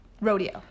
rodeo